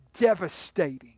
devastating